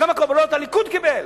כמה קולות הליכוד קיבל?